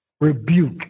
rebuke